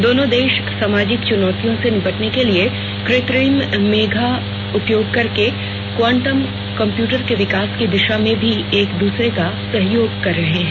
दोनों देश सामाजिक चुनौतियों से निपटने के लिए कृत्रिम मेधा का उपयोग करके क्वांटम कंप्यूटर के विकास की दिशा में भी एक दूसरे का सहयोग कर रहे हैं